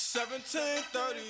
1730